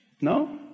No